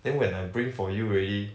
then when I bring for you already